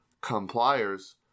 compliers